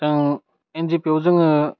जों एनजिपियाव जोङो